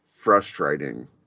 frustrating